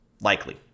likely